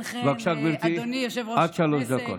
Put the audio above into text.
בבקשה, גברתי, עד שלוש דקות.